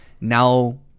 now